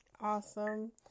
Awesome